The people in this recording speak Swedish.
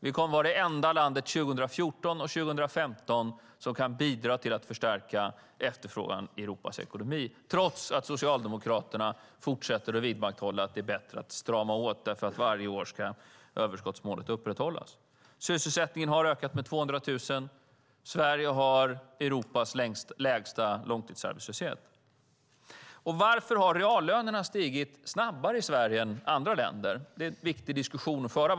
Vi kommer att vara det enda landet 2014 och 2015 som kan bidra till att förstärka efterfrågan i Europas ekonomi, trots att Socialdemokraterna fortsätter att vidmakthålla att det är bättre att strama åt därför att överskottsmålet ska upprätthållas varje år. Sysselsättningen har ökat med 200 000. Sverige har Europas lägsta långtidsarbetslöshet. Varför har reallönerna stigit snabbare i Sverige än i andra länder? Det är en viktig diskussion att föra.